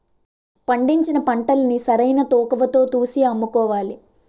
పండించిన పంటల్ని సరైన తూకవతో తూసి అమ్ముకోవాలి